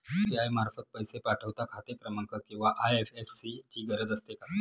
UPI मार्फत पैसे पाठवता खाते क्रमांक किंवा आय.एफ.एस.सी ची गरज असते का?